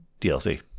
DLC